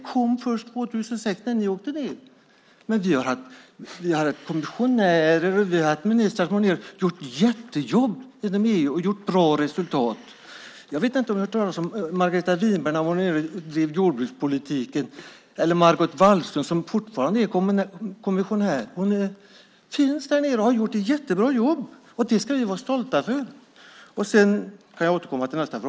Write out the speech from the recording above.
Det kom först 2006 när ni åkte ned. Men vi har haft kommissionärer och ministrar som har gjort ett jättejobb inom EU och nått bra resultat. Jag vet inte om ni har hört talas om att Margareta Winberg var nere och drev jordbrukspolitik eller Margot Wallström som fortfarande är kommissionär. Hon finns där nere och har gjort ett jättebra jobb. Det ska vi vara stolta över.